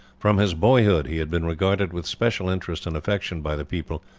from his boyhood he had been regarded with special interest and affection by the people,